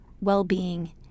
well-being